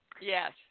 yes